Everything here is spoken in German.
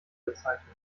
bezeichnen